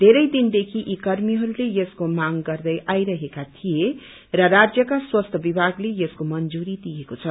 येरै दिनदेखि यी कर्मीहरूले यसको मांग गर्दै आईरहेका थिए र राज्यका स्वास्थ्य विभागले यसको मंजुरी दिएको छ